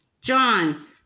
John